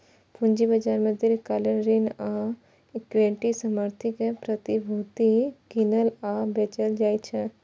पूंजी बाजार मे दीर्घकालिक ऋण आ इक्विटी समर्थित प्रतिभूति कीनल आ बेचल जाइ छै